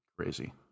crazy